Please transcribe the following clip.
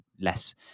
less